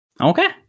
okay